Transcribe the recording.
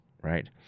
right